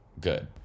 good